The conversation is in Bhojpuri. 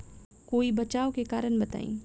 कोई बचाव के कारण बताई?